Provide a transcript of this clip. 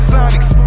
Sonics